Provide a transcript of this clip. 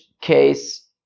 case